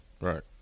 Right